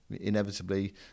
inevitably